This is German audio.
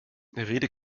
rede